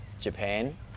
Japan